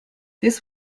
this